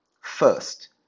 First